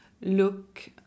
look